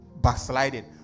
backsliding